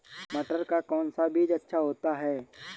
मटर का कौन सा बीज अच्छा होता हैं?